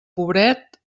pobret